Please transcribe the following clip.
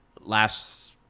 last